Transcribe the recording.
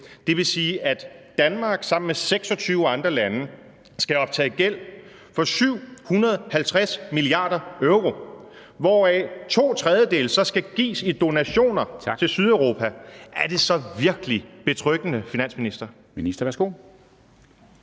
altså at Danmark sammen med 26 andre lande skal optage gæld for 750 mia. euro, hvoraf to tredjedele skal gives i donationer til Sydeuropa, er det så virkelig betryggende, finansminister?